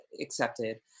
accepted